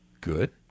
Good